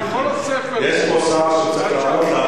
הרי כל הספר, אני מציע, יש פה שר שצריך לענות לנו.